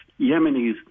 Yemenis